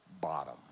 bottom